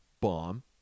bomb